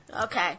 Okay